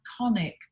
iconic